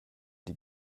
die